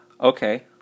Okay